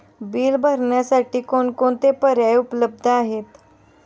Bill भरण्यासाठी कोणकोणते पर्याय उपलब्ध आहेत?